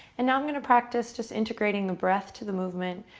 and i'm going to practice just integrating the breath to the movement,